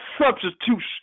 substitution